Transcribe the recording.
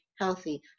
healthy